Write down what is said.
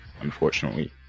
unfortunately